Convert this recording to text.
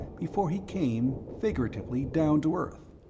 before he came, figuratively, down to earth.